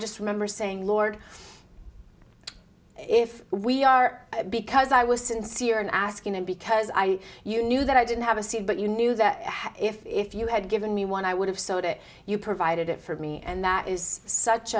just remember saying lord if we are because i was sincere in asking and because i you knew that i didn't have a seat but you knew that if you had given me one i would have sought it you provided it for me and that is such